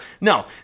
No